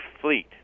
fleet